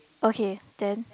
okay then